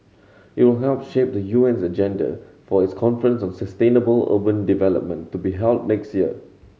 it will help shape the U N's agenda for its conference on sustainable urban development to be held next year